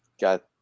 got